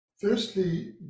Firstly